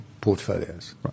portfolios